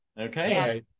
okay